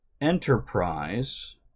Enterprise